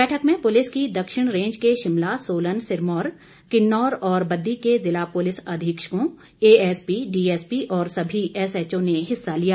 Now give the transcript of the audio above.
बैठक में पुलिस की दक्षिण रेंज के शिमला सोलन सिरमौर किन्नौर और बददी के जिला पुलिस अधीक्षकों एएसपी डीएसपी और सभी एस एच ओ ने हिस्सा लिया